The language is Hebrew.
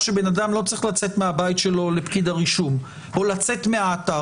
שבן-אדם לא צריך לצאת מהבית שלו לפקיד הרישום או לצאת מהאתר.